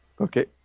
Okay